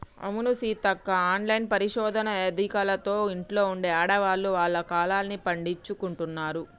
అవును సీతక్క ఆన్లైన్ పరిశోధన ఎదికలతో ఇంట్లో ఉండే ఆడవాళ్లు వాళ్ల కలల్ని పండించుకుంటున్నారు